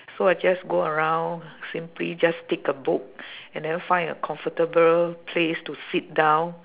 so I just go around simply just take a book and then find a comfortable place to sit down